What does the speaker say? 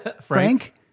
Frank